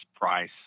price